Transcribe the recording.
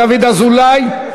תודה לחבר הכנסת דוד אזולאי.